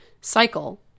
cycle